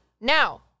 Now